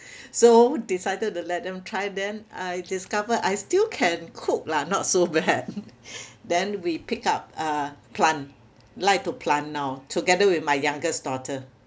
so decided to let them try then I discover I still can cook lah not so bad then we pick up a plant like to plant now together with my youngest daughter